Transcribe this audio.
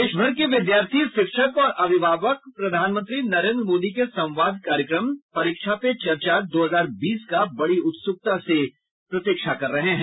देशभर के विद्यार्थी शिक्षक और अभिभावक प्रधानमंत्री नरेंद्र मोदी के संवाद कार्यक्रम परीक्षा पे चर्चा दो हजार बीस का बड़ी उत्सुकता से प्रतीक्षा कर रहे हैं